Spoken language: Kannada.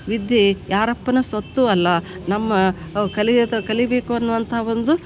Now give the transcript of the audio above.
ವಿದ್ಯೆ ಯಾರಪ್ಪನ ಸ್ವತ್ತೂ ಅಲ್ಲ ನಮ್ಮ ಕಲಿಯುತ ಕಲಿಯಬೇಕು ಅನ್ನುವಂಥ ಒಂದು